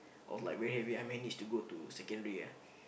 I was like very happy I manage to go to secondary ah